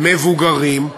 מבוגרים,